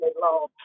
long